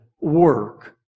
work